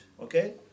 Okay